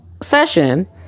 session